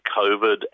COVID